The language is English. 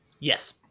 yes